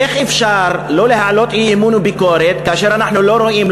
איך אפשר לא להעלות אי-אמון וביקורת כאשר אנחנו לא רואים,